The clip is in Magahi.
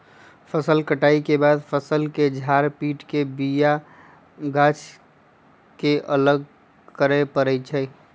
फसल कटाइ के बाद फ़सल के झार पिट के बिया गाछ के अलग करे परै छइ